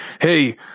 Hey